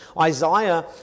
Isaiah